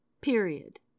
period